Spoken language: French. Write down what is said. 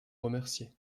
remercier